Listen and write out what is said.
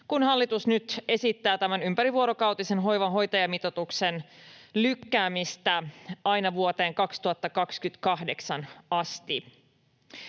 kun hallitus nyt esittää tämän ympärivuorokautisen hoivan hoitajamitoituksen lykkäämistä aina vuoteen 2028 asti.